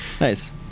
Nice